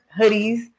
hoodies